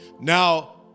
Now